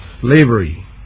slavery